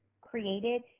created